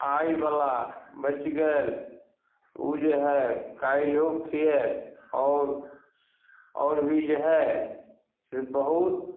आइवला बचि गेल उ जे हइ काल्हियो खियाओत आओर आओर भी जे हइ से बहुत